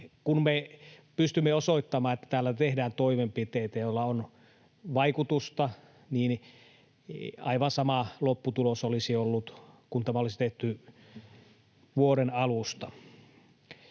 Kun me pystymme osoittamaan, että täällä kyllä tehdään toimenpiteitä, joilla on vaikutusta, niin aivan sama lopputulos olisi ollut, jos tämä olisi tehty vuoden alusta.